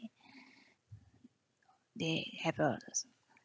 they have a